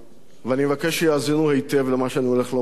ואני מבקש שיאזינו היטב למה שאני הולך לומר: